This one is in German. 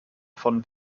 von